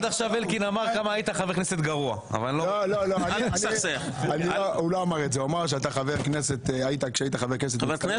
זה שאתה פה אני שמח כי אני רוצה להפנות אליך את דבריי.